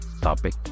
topic